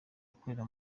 akorera